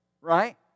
right